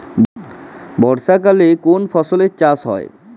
বর্ষাকালে কোন ফসলের চাষ হয়?